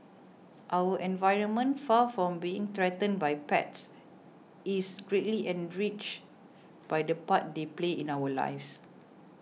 our environment far from being threatened by pets is greatly enriched by the part they play in our lives